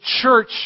church